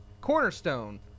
cornerstone